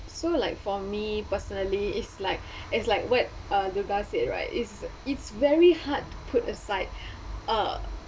so like for me personally is like is like what uh the guy said right it's it's very hard to put aside uh